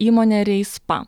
įmonė reispa